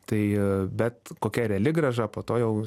tai a bet kokia reali grąža po to jau